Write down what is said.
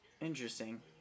Interesting